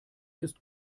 ist